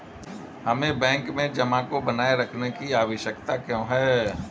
हमें बैंक में जमा को बनाए रखने की आवश्यकता क्यों है?